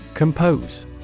Compose